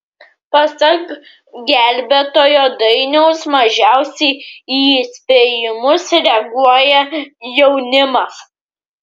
pasak gelbėtojo dainiaus mažiausiai į įspėjimus reaguoja jaunimas